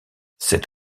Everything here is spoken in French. cet